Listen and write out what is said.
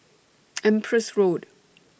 Empress Road